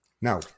Now